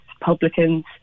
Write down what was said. publicans